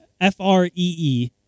F-R-E-E